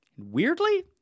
weirdly